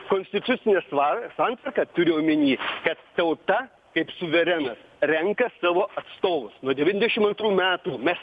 konstitucinęsvar santvarką turiu omeny kad tauta kaip suverenas renka savo atstovus nuo devyniasdešimt metų mes